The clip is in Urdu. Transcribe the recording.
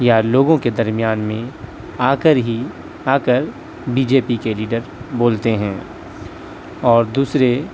یا لوگوں کے درمیان میں آ کر ہی آ کر بی جے پی کے لیڈر بولتے ہیں اور دوسرے